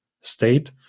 state